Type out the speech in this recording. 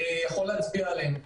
יכול להצביע עליהם.